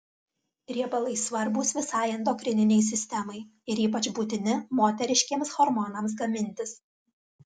riebalai svarbūs visai endokrininei sistemai ir ypač būtini moteriškiems hormonams gamintis